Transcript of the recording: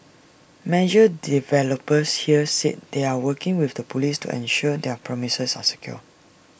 major developers here said they are working with the Police to ensure their premises are secure